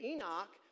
Enoch